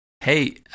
Hey